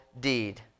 deed